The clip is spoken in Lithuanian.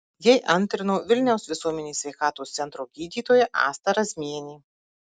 jai antrino vilniaus visuomenės sveikatos centro gydytoja asta razmienė